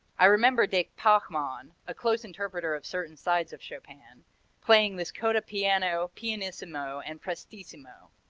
i remember de pachmann a close interpreter of certain sides of chopin playing this coda piano, pianissimo and prestissimo.